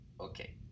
Okay